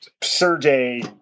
Sergey